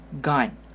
gone